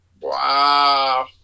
Wow